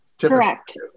correct